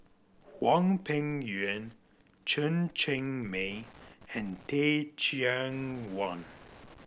Hwang Peng Yuan Chen Cheng Mei and Teh Cheang Wan